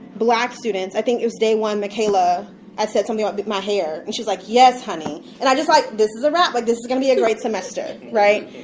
black students, i think it was day one michaela i said something about my hair, and she was like, yes, honey. and i just like this is a wrap. like, but this is going to be a great semester, right?